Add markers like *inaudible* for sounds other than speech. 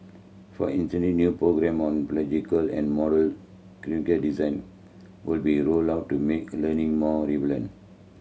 for *unintelligible* new programme on pedagogical and modular curriculum design will be rolled out to make a learning more relevant